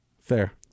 Fair